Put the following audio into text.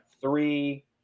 Three